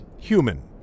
Human